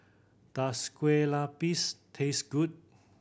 does Kuih Lopes taste good